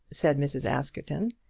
said mrs. askerton.